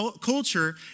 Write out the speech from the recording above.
culture